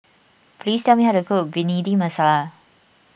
please tell me how to cook Bhindi Masala